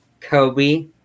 Kobe